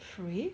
free